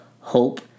hope